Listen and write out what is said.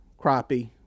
crappie